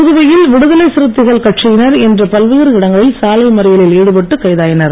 புதுவையில் விடுதலை சிறுத்தைகள் கட்சியனர் இன்று பல்வேறு இடங்களில் சாலை மறியலில் ஈடுபட்டு கைதாயினர்